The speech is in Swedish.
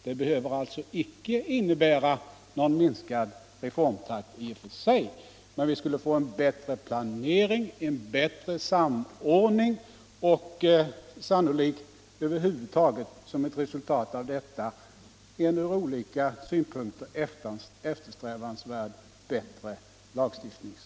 Det behöver alltså icke innebära någon minskad reformtakt i och för sig, men vi skulle få en bättre planering, en bättre samordning och sannolikt över huvud taget — som ett resultat av detta — en ur olika synpunkter bättre lagstiftningsprodukt, något som är eftersträvansvärt.